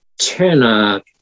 China